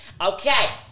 okay